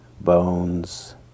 bones